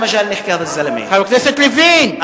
לדבר על האדם הזה.) חבר הכנסת לוין.